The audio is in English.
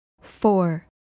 four